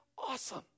awesome